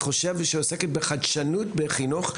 שעוסקת בחדשנות בחינוך.